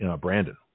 Brandon